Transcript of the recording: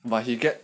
but he get